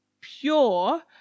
pure